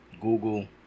Google